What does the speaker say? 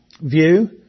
view